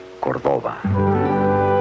Cordoba